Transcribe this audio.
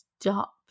stop